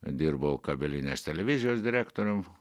dirbau kabelinės televizijos direktorium